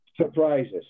surprises